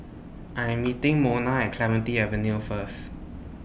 I'm meeting Mona At Clementi Avenue First